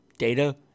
data